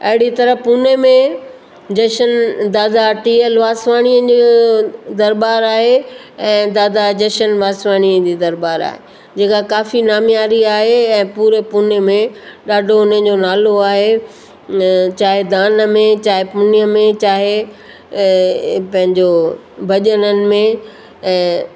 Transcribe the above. अहिड़ी तरह पुणे में जशन दादा टी एल वासवाणीअ जो दरॿारि आहे ऐं दादा जशन वासवाणीअ जी दरॿारि आहे जेका काफ़ी नामियारी आहे ऐं पूरे पुणे में ॾाढो हुनजो नालो आहे चाहे दान में चाहे पुञ में चाहे पंहिंजो भॼननि में ऐं